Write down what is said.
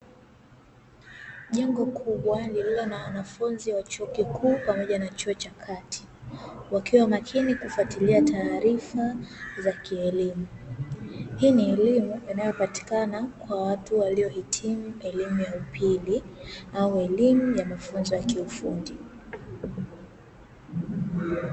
Jengo kubwa lililo na wanafunzi wa chuo kikuu pamoja na chuo cha kati, wakiwa makini kufuatilia taarifa za kielimu, Hii ni elimu inayopatikana kwa watu waliohitimu elimu ya upili au elimu ya mafunzo ya kiufundi.